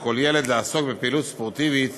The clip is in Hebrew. על כל ילד לעסוק בפעילות ספורטיבית